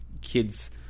kids